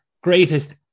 greatest